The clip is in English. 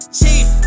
chief